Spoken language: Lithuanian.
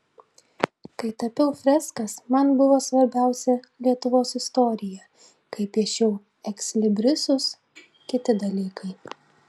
kai tapiau freskas man buvo svarbiausia lietuvos istorija kai piešiau ekslibrisus kiti dalykai